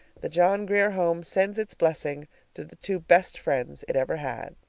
the john grier home sends its blessing to the two best friends it ever had!